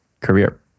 career